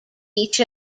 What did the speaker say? each